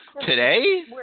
Today